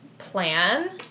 plan